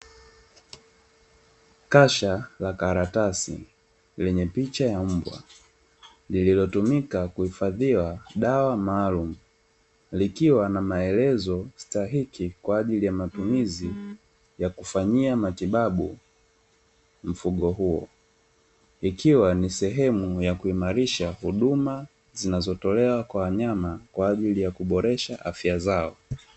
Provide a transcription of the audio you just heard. Kasha la karatasi lenye picha ya mbwa lililotumika kuhifadhiwa dawa maalum likiwa na maelezo stahiki kwa ajili ya matumizi ya kufanyia matibabu mfugo huo, ikiwa ni sehemu ya kuimarisha huduma zinazotolewa kwa wanyama kwa ajili ya kuboresha afya zao.